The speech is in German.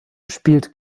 spielt